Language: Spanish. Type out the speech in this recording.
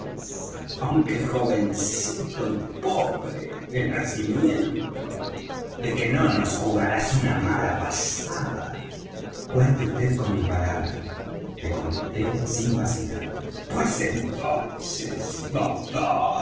aunque jovencito y pobre de nacimiento de que no nos jugarás una mala pasada cuente vd con mi palabra le contesté sin vacilar pues entonces